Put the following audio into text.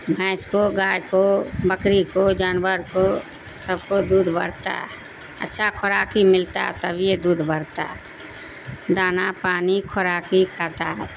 بھینس کو گائے کو بکری کو جانور کو سب کو دودھ بڑھتا ہے اچھا خوراک ہی ملتا ہے تب یہ دودھ بڑھتا ہے دانا پانی خوراک ہی کھاتا ہے